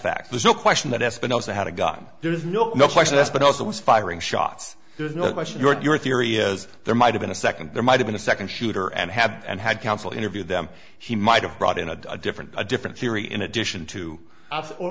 fact there's no question that has been also had a gun there is no question this but also was firing shots there's no question your theory is there might have been a second there might have been a second shooter and had and had counsel interview them he might have brought in a different a different theory in addition to